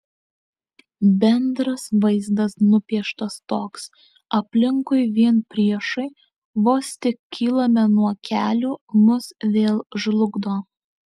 bendras vaizdas nupieštas toks aplinkui vien priešai vos tik kylame nuo kelių mus vėl žlugdo